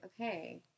okay